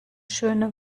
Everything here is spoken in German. schöne